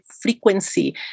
frequency